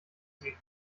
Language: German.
sie